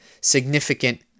significant